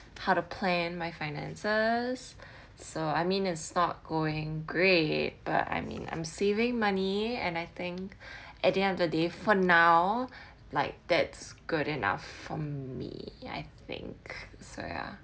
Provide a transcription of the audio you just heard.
part of plan my finances so I mean it's not going great but I mean I'm saving money and I think at the end of the day for now like that's good enough for me I think so ya